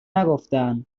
نگفتن